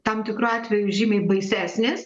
tam tikru atveju žymiai baisesnės